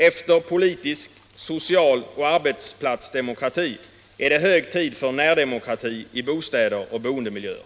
Efter politisk, social och arbetsplatsdemokrati är det hög tid för närdemokrati i bostäder och boendemiljöer.